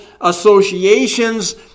associations